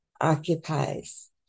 occupies